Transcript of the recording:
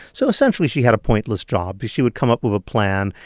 so essentially, she had a pointless job. she would come up with a plan,